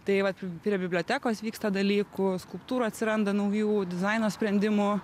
tai vat prie bibliotekos vyksta dalykų skulptūrų atsiranda naujų dizaino sprendimų